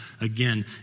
again